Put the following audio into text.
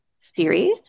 series